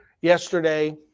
yesterday